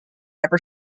ever